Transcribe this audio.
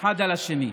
אחד על השני.